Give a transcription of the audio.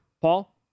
Paul